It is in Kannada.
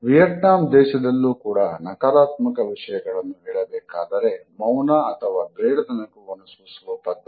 ವಿಯೆಟ್ನಾಮ್ ದೇಶದಲ್ಲೂ ಕೂಡ ನಕಾರಾತ್ಮಕ ವಿಷಯಗಳನ್ನು ಹೇಳಬೇಕಾದರೆ ಮೌನ ಅಥವಾ ಬೇಡದ ನಗುವನ್ನು ಸೂಸುವುದು ಪದ್ಧತಿ